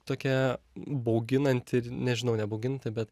tokia bauginanti ir nežinau nebauginanti bet